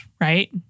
right